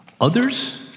Others